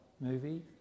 movie